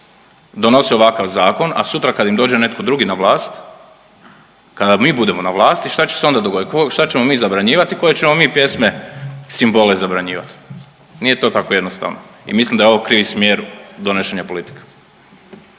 donose ovakav zakon a sutra kad im dođe netko drugi na vlast, kada mi budemo na vlasti šta će se onda dogoditi? Šta ćemo mi zabranjivati? Koje ćemo mi pjesme, simbole zabranjivati? Nije to tako jednostavno i mislim da je ovo krivi smjer donošenja politika.